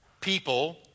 people